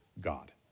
God